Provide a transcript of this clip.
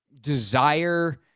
desire